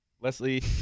Leslie